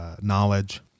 knowledge